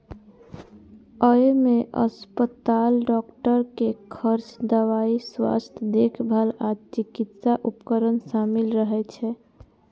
अय मे अस्पताल, डॉक्टर के खर्च, दवाइ, स्वास्थ्य देखभाल आ चिकित्सा उपकरण शामिल रहै छै